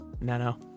Nano